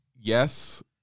yes